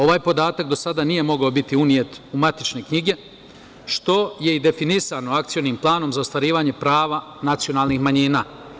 Ovaj podatak do sada nije mogao biti unet u matične knjige što je i definisano Akcionim planom za ostvarivanje prava nacionalnih manjina.